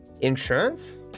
Insurance